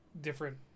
different